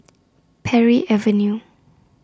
Parry Avenue